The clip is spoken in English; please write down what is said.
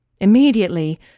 Immediately